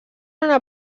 una